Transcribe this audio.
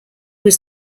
was